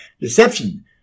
Deception